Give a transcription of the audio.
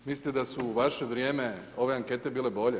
Mislite da su u vaše vrijeme ove ankete bile bolje?